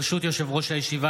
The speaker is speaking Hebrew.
ברשות יושב-ראש הישיבה,